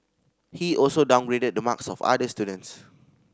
he also downgraded the marks of other students